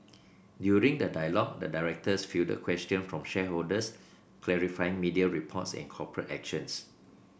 during the dialogue the directors fielded questions from shareholders clarifying media reports and corporate actions